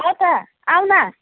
छ त आऊ न